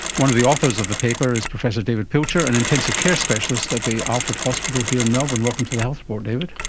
one of the authors of the paper is professor david pilcher, an intensive care specialist at the alfred hospital here in melbourne. welcome to the health report, david.